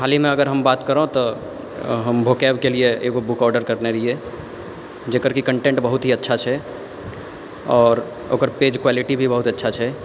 हालेमे अगर हम बात करब तऽ हम भोकैबके लिये एगो बुक ऑडर करने रहियै जकर कि कंटेंट बहुत ही अच्छा छै आओर ओकर पेज क्वालिटी भी बहुत अच्छा छै